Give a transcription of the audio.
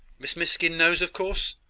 miss miskin knows, of course?